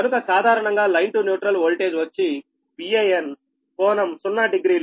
కనుక సాధారణంగా line to neutral voltage వచ్చి Van కోణం 0 డిగ్రీలు